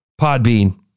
Podbean